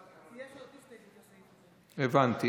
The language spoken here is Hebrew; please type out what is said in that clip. ועכשיו,